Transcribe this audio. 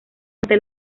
ante